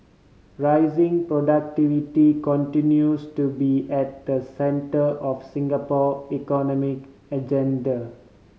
raising productivity continues to be at the centre of Singapore economic agenda